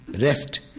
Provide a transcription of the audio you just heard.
rest